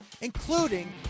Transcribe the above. including